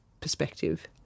perspective